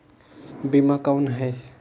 बीमा कौन है?